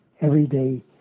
everyday